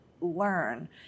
learn